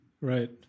right